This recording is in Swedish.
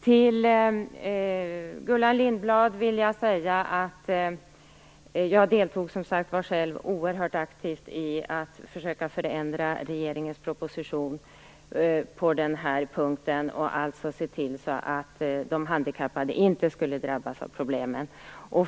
Till Gullan Lindblad vill jag säga att jag själv deltog oerhört aktivt i försöken att förändra förslaget i regeringens proposition på den här punkten och se till att de handikappade inte skulle drabbas.